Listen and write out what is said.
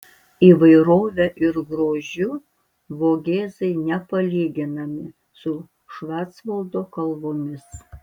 įvairove ir grožiu vogėzai nepalyginami su švarcvaldo kalvomis